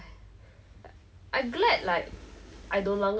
they really never scold ah and I thought like yeah it's reasonable because